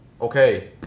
okay